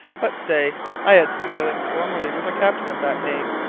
but stay! i had some dealings formerly with a captain of that name.